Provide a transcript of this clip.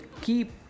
keep